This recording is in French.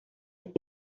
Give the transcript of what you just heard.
est